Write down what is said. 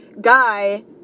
guy